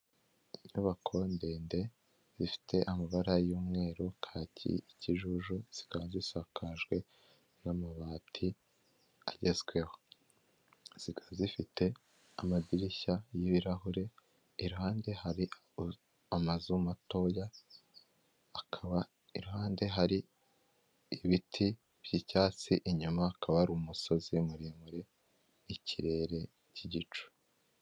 Inyubako ndende zifite amabara y'umweru kacyi ikijuju zikaba zisakajwe n'amabati agezweho, zika zifite amadirishya y'ibirahure ihande hari amazu matoya, akaba iruhande hari ibiti by'icyatsi inyuma akaba ari umusozi muremure ikirere cy'igicu.